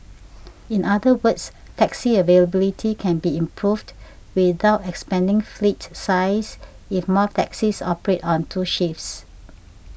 in other words taxi availability can be improved without expanding fleet size if more taxis operate on two shifts